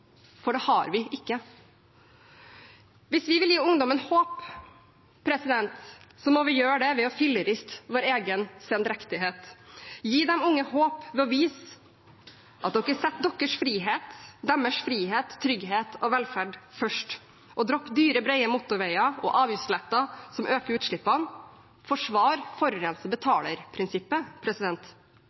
for det har vi ikke. Hvis vi vil gi ungdommen håp, må vi gjøre det ved å filleriste vår egen sendrektighet: Gi de unge håp ved å vise at man setter deres frihet, trygghet og velferd først. Dropp dyre, brede motorveier og avgiftsletter som øker utslippene. Forsvar